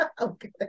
Okay